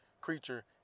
creature